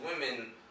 women